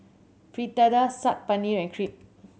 Fritada Saag Paneer and Crepe